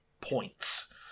points